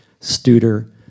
Studer